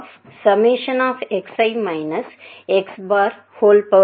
எனவே உண்மையில் sx அல்லது ஒரு ஸ்டாண்டர்ட் டீவியேஷன் 2